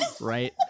right